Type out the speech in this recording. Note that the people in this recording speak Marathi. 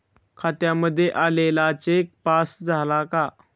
खात्यामध्ये आलेला चेक पास झाला का?